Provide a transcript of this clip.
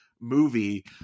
movie